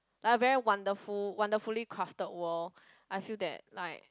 like a wonderful wonderfully crafted world I feel that like